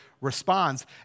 responds